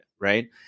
right